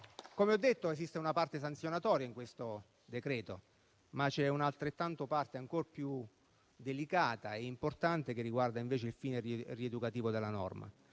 Come ho detto, esiste una parte sanzionatoria in questo decreto-legge, ma c'è una parte ancor più delicata e importante che riguarda invece il fine rieducativo della norma.